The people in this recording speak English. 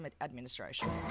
administration